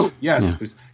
yes